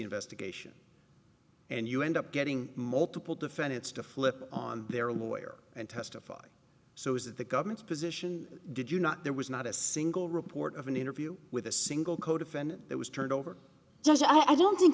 investigation and you end up getting multiple defendants to flip on their lawyer and testify so is that the government's position did you not there was not a single report of an interview with a single codefendant that was turned over just i don't think